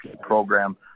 program